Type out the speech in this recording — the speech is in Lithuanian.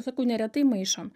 sakau neretai maišom